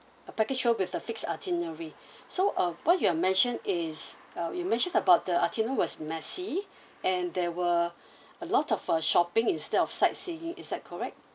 a package tour with the fixed itinerary so uh what you are mentioned is uh you mentioned about the itinerary was messy and there were a lot of uh shopping instead of sightseeing is that correct